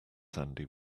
sandy